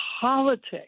politics